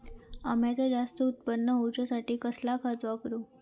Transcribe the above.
अम्याचा जास्त उत्पन्न होवचासाठी कसला खत वापरू?